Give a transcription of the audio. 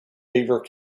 beaver